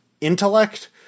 intellect